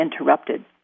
interrupted